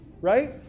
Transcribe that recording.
right